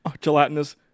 Gelatinous